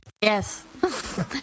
Yes